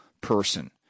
person